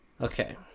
Okay